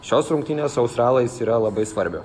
šios rungtynės su australais yra labai svarbios